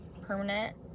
permanent